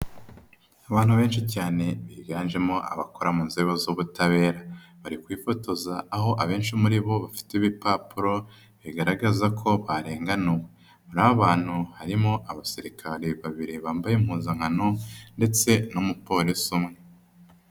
Abantu benshi cyane biganjemo abakora mu nzego z'ubutabera. Bari kwifotoza aho abenshi muri bo bafite ibipapuro bigaragaza ko barenganuwe. Muri abo bantu harimo abasirikare babiri bambaye impuzankano ndetse n'umupolisi umwe.